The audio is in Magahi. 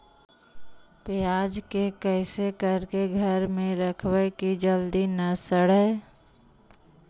प्याज के कैसे करके घर में रखबै कि जल्दी न सड़ै?